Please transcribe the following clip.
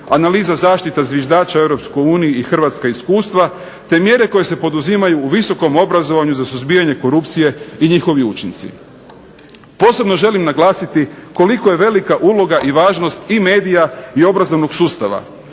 analiza zaštita zviždača u Europskoj uniji i hrvatska iskustva, te mjere koje se poduzimaju u visokom obrazovanju za suzbijanje korupcije i njihovi učinci. Posebno želim naglasiti koliko je velika uloga i važnost i medija i obrazovnog sustava.